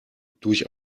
durch